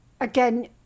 again